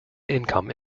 income